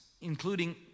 including